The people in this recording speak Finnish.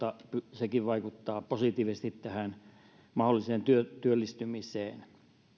sekin vaikuttaa positiivisesti tähän mahdolliseen työllistymiseen